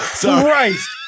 Christ